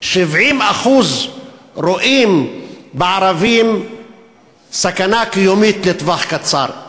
70% רואים בערבים סכנה קיומית לטווח הקצר.